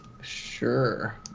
Sure